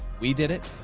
we did it.